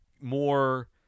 more